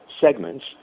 segments